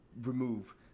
remove